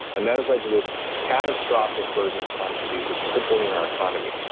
and that has led to this catastrophic burden of chronic disease. it's crippling our economy,